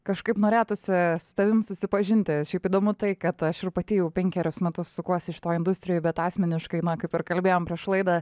kažkaip norėtųsi su tavim susipažinti šiaip įdomu tai kad aš ir pati jau penkerius metus sukuosi šitoj industrijoj bet asmeniškai na kaip ir kalbėjom prieš laidą